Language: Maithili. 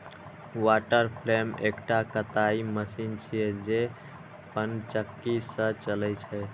वाटर फ्रेम एकटा कताइ मशीन छियै, जे पनचक्की सं चलै छै